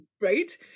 right